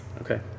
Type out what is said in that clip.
Okay